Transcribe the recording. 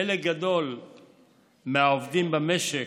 חלק גדול מהעובדים במשק,